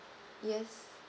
yes